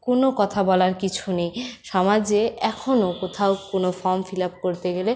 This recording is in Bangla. কোনো কথা বলার কিছু নেই সমাজে এখনো কোথাও কোনো ফর্ম ফিল আপ করতে গেলে